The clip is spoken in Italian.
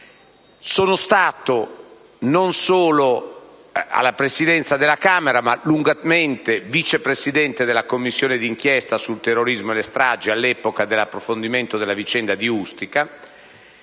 Sono stato non solo Presidente della Camera, ma lungamente Vice Presidente della Commissione d'inchiesta sul terrorismo e le stragi all'epoca dell'approfondimento della vicenda di Ustica,